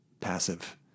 passive